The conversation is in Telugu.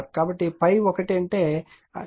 కాబట్టి ∅1 అంటే కరెంట్ i1 Fm1రిలక్టన్స్ లభిస్తుంది